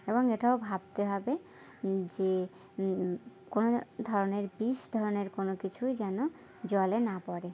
এবং এটাও ভাবতে হবে যে কোনো ধরনের বিষ ধরনের কোনো কিছুই যেন জলে না পড়ে